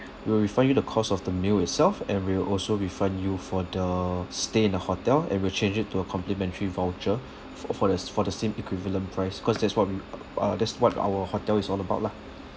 we will refund you the cost of the meal itself and we'll also refund you for the stay in the hotel and we'll change it to a complimentary voucher f~ for the for the same equivalent price because that's we uh that's what our hotel is all about lah